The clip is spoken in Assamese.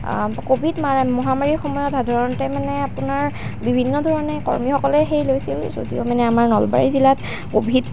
কোভিড মহামাৰীৰ সময়ত সাধাৰণতে মানে আপোনাৰ বিভিন্ন ধৰণে কৰ্মীসকলে সেই লৈছিল যদিও মানে আমাৰ নলবাৰী জিলাত কোভিড